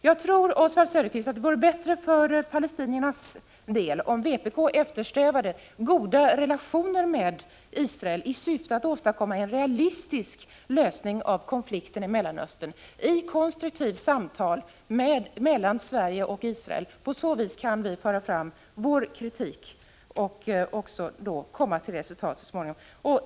Jag tror, Oswald Söderqvist, att det vore bättre för palestinierna om vpk eftersträvade goda relationer med Israel i syfte att åstadkomma en realistisk lösning av konflikten i Mellanöstern genom konstruktiva samtal mellan Sverige och Israel. På så vis kan vi föra fram vår kritik och även komma till resultat så småningom.